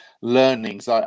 learnings